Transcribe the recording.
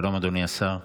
שלום, אדוני השר.